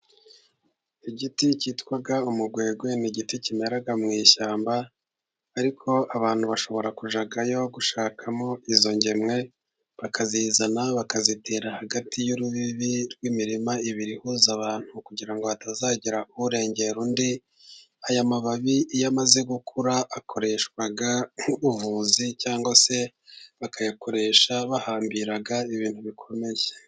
Igiti cyitwa umugwegwe ni igiti kimera mu ishyamba ariko abantu bashobora kujyayo gushakamo izo ngemwe bakazizana bakazitera hagati y'urubibi rw'imirima ibiri ihuza abantu kugira ngo hatazagira urengera undi . Aya mababi iyo amaze gukura akoreshwa nk'ubuvuzi cyangwa se bakayakoresha bahambira ibintu bikomeye.